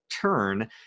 turn